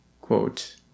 quote